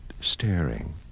staring